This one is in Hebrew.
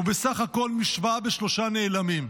הוא בסך הכול משוואה בשלושה נעלמים.